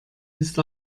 ist